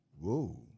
Whoa